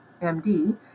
MD